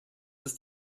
ist